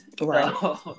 Right